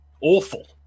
awful